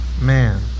man